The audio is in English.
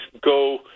go